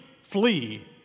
flee